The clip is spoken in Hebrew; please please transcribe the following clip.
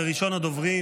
וראשון הדוברים